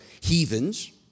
heathens